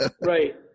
right